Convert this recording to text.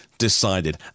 decided